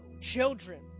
children